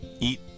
eat